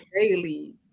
daily